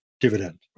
dividend